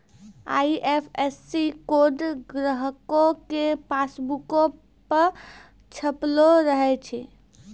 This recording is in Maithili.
आई.एफ.एस.सी कोड ग्राहको के पासबुको पे छपलो रहै छै